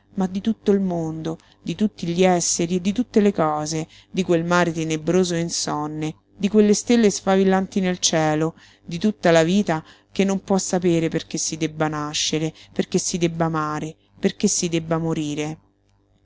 ma di tutto il mondo di tutti gli esseri e di tutte le cose di quel mare tenebroso e insonne di quelle stelle sfavillanti nel cielo di tutta la vita che non può sapere perché si debba nascere perché si debba amare perché si debba morire